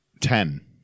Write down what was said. Ten